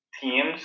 teams